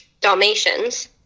Dalmatians